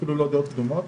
אפילו לא דעות קדומות.